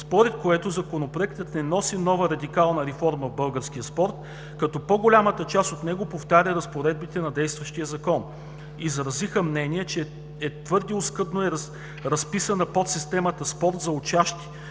според което Законопроектът не носи нова радикална реформа в българския спорт, като по-голямата част от него повтаря разпоредбите на действащия Закон. Изразиха мнение, че твърде оскъдно е разписана подсистемата „Спорт за учащи“,